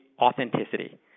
authenticity